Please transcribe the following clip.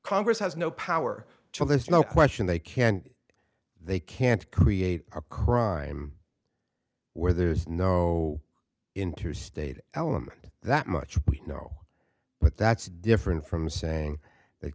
congress has no power so there's no question they can't they can't create a crime where there's no interstate element that much we know but that's different from saying that